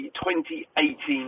2018